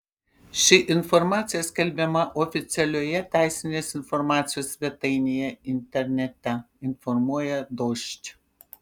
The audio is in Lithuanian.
ši informacija skelbiama oficialioje teisinės informacijos svetainėje internete informuoja dožd